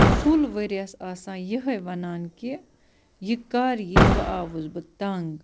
full ؤرۍیَس آسان یِہَے وَنان کہِ یہِ کَر یِیہِ وۅنۍ آوُس بہٕ تنٛگ